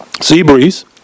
Seabreeze